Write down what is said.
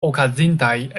okazintaj